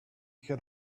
could